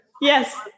Yes